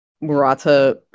Murata